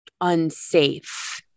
unsafe